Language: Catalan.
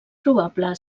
probable